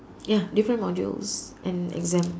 ya different modules and exam